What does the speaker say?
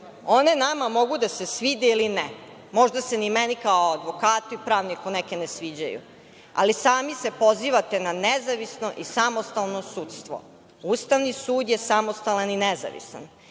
One nama mogu da se svide ili ne, možda se ni meni kao advokatu i pravniku neke ne sviđaju, ali sami se pozivate na nezavisno i samostalno sudstvo. Ustavni sud je samostalan i nezavistan.